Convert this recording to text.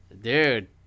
Dude